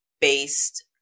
based